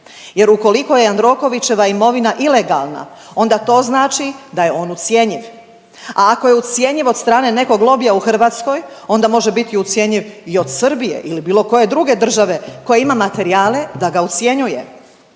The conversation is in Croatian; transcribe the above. Jer ukoliko je Jandrokovićeva imovina ilegalna onda to znači da je on ucjenjiv, a ako je ucjenjiv od strane nekog lobija u Hrvatskoj onda može biti ucjenjiv i od Srbije ili bilo koje druge države koja ima materijale da ga ucjenjuje.